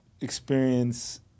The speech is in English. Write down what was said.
experience